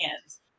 hands